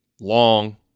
long